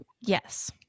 yes